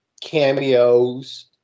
cameos